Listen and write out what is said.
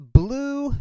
blue